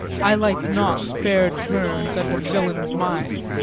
i like not fair terms and a villain's mind.